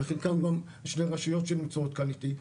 וחלקם גם שתי רשויות שנמצאות כאן איתי,